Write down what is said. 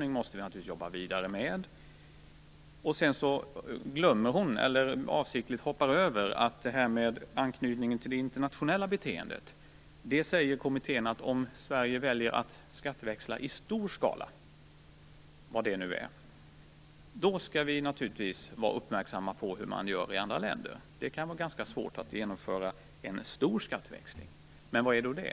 vi måste jobba vidare med omfattningen och utformningen. Sedan glömmer hon, eller hoppar avsiktligt över, att när det gäller anknytningen till det internationella beteendet säger kommittén att om Sverige väljer att skatteväxla i stor skala, vad det nu är, skall vi naturligtvis vara uppmärksamma på hur man gör i andra länder. Det kan vara ganska svårt att genomföra en stor skatteväxling. Men vad är då det?